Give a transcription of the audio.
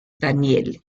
daniel